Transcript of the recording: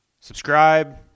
subscribe